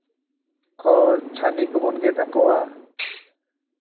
ᱠᱷᱚᱲ ᱪᱷᱟᱹᱱᱤ ᱠᱚᱵᱚᱱ ᱜᱮᱫ ᱟᱠᱚᱣᱟ